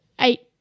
eight